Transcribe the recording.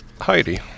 heidi